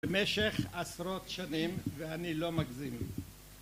במשך עשרות שנים ואני לא מגזים